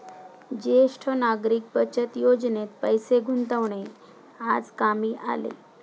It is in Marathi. ज्येष्ठ नागरिक बचत योजनेत पैसे गुंतवणे आज कामी आले